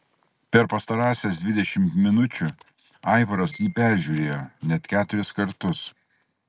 per pastarąsias dvidešimt minučių aivaras jį peržiūrėjo net keturis kartus